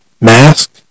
Mask